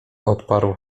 odparł